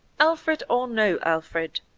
alfred or no alfred.